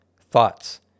thoughts